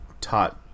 taught